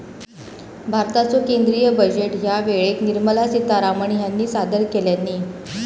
भारताचो केंद्रीय बजेट ह्या वेळेक निर्मला सीतारामण ह्यानी सादर केल्यानी